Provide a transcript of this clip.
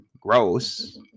gross